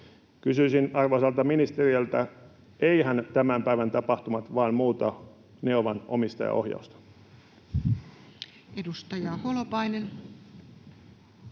Kysyisin arvoisalta ministeriltä: eiväthän tämän päivän tapahtumat vain muuta Neovan omistajaohjausta? [Speech